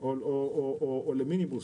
או למיניבוס,